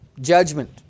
judgment